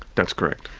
that's correct.